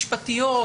משפטית,